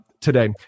today